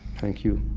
thank you